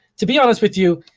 to be honest with you,